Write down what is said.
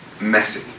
messy